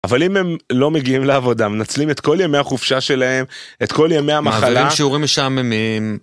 אבל אם הם לא מגיעים לעבודה מנצלים את כל ימי החופשה שלהם את כל ימי המחלה, מעבירים שיעורים משעממים.